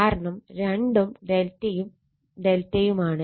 കാരണം രണ്ടും ∆ യും ∆ യുമാണ്